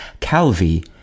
calvi